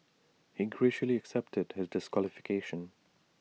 he graciously accepted his disqualification